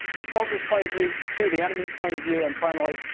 his soldier's point of view. two, the enemy's point of view. and finally,